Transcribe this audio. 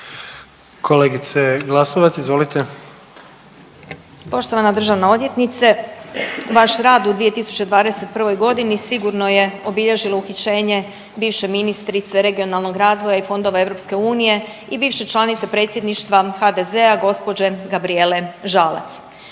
izvolite. **Glasovac, Sabina (SDP)** Poštovana državna odvjetnice, vaš rad u 2021.g. sigurno je obilježilo uhićenje bivše ministrice Regionalnog razvoja i fondove EU i bivše članice predsjedništva HDZ-a gđe. Gabrijele Žalac.